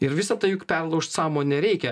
ir visa tai juk perlaušt sąmonę reikia